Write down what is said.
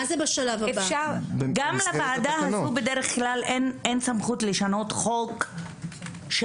בדרך כלל גם לוועדה זו אין סמכות לשנות חוק של